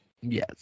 yes